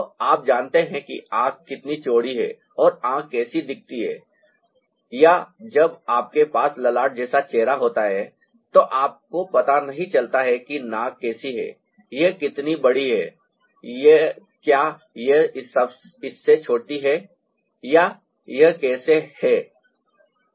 तो आप जानते हैं कि आंख कितनी चौड़ी है और आंख कैसी दिखती है या जब आपके पास ललाट जैसा चेहरा होता है तो आपको पता नहीं चलता है कि नाक कैसी है यह कितनी बड़ी है क्या यह इससे छोटी है या यह कैसे है है